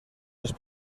les